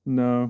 no